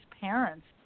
parents